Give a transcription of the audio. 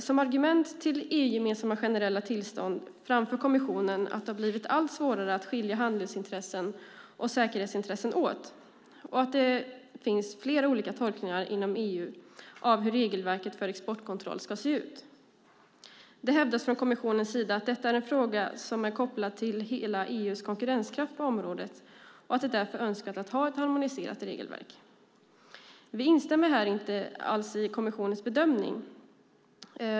Som argument till EU-gemensamma generella tillstånd framför kommissionen att det har blivit allt svårare att skilja handelsintressen och säkerhetsintressen åt och att det finns flera olika tolkningar inom EU av hur regelverket för exportkontroll ska se ut. Det hävdas från kommissionens sida att detta är en fråga som är kopplad till hela EU:s konkurrenskraft på området och att det därför är önskvärt att ha ett harmoniserat regelverk. Vi instämmer inte alls i kommissionens bedömning.